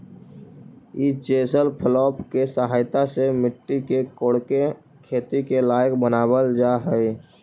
ई chisel plough के सहायता से मट्टी के कोड़के खेती के लायक बनावल जा हई